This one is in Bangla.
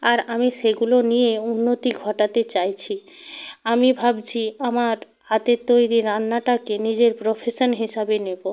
আর আমি সেগুলো নিয়ে উন্নতি ঘটাতে চাইছি আমি ভাবছি আমার হাতের তৈরি রান্নাটাকে নিজের প্রফেশান হিসাবে নেবো